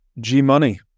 G-Money